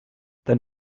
dann